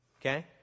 Okay